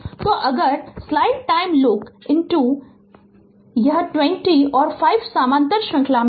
तो अगर slide time look यह 20 और 5 समानांतर श्रृंखला में हैं